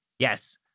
Yes